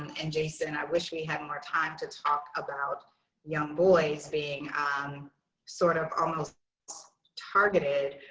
and jason, i wish we had more time to talk about young boys being um sort of almost targeted.